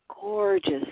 gorgeous